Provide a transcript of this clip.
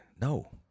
No